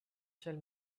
shall